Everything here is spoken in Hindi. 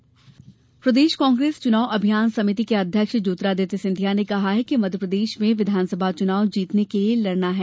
सिंधिया बैठक प्रदेश कांग्रेस चूनाव अभियान समिति के अध्यक्ष ज्योतिरादित्य सिंधिया ने कहा है कि मध्यप्रदेश में विधानसभा चुनाव जीतने के लिए लड़ना है